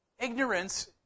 Ignorance